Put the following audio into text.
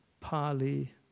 Pali